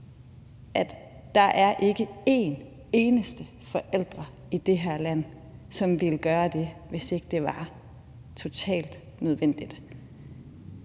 Alliance, at alle forældre i det her land ville gøre det, hvis det var totalt nødvendigt.